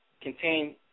contain